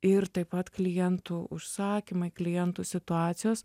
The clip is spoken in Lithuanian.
ir taip pat klientų užsakymai klientų situacijos